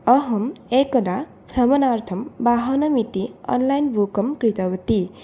अहम् एकदा भ्रमणार्थं वाहनमिति आन्लैन् बुकं इति कृतवती